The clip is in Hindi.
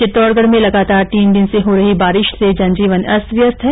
चित्तौडगढ में लगातार तीन दिन से हो रही बारिश से जन जीवन अस्त व्यस्त है